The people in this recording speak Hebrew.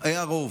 היה רוב.